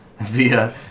via